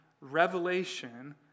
Revelation